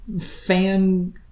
fan